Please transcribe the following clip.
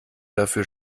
dafür